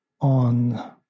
on